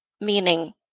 meaning